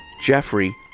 Jeffrey